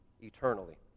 eternally